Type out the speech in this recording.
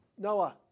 Noah